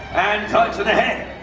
touch the head.